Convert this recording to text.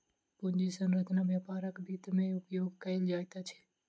पूंजी संरचना व्यापारक वित्त में उपयोग कयल जाइत अछि